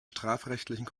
strafrechtlichen